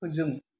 फोजों